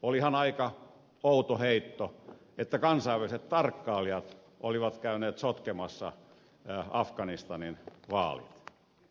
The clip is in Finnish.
olihan aika outo heitto että kansainväliset tarkkailijat olivat käyneet sotkemassa afganistanin vaalit